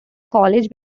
college